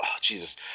Jesus